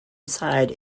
side